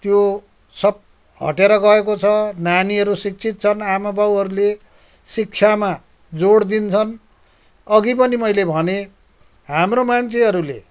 त्यो सब हटेर गएको छ नानीहरू शिक्षित छन् आमा बाउहरूले शिक्षामा जोड दिन्छन् अघि पनि मैले भनेँ हाम्रो मान्छेहरूले